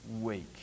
week